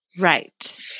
Right